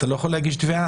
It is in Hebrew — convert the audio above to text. אתה לא יכול להגיש תביעה.